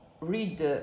read